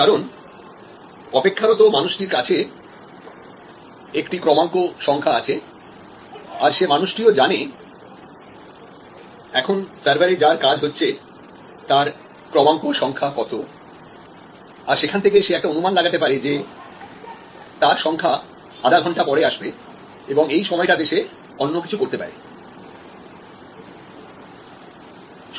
কারণ অপেক্ষারত মানুষটির কাছে একটা ক্রমাঙ্ক সংখ্যা আছে আর সে মানুষটি ও জানে এখন সার্ভারে যার কাজ হচ্ছে তার ক্রমাঙ্ক সংখ্যা কত সেখান থেকে সে একটা অনুমান লাগাতে পারে যে তার সংখ্যা আধা ঘন্টা পরে আসবে এবং এই সময়টাতে সে অন্য কিছু করতে পারে